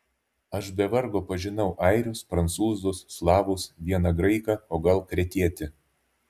aš be vargo pažinau airius prancūzus slavus vieną graiką o gal kretietį